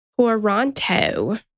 Toronto